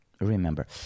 remember